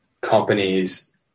Companies